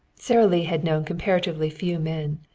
sara lee had known comparatively few men.